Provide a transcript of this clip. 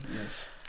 Yes